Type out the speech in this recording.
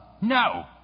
no